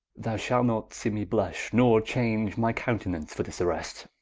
thou shalt not see me blush, nor change my countenance for this arrest